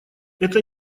это